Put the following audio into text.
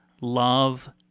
love